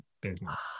business